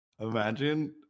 imagine